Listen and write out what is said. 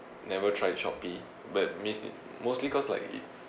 never tried Shopee but means~ it mostly because like it